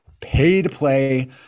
pay-to-play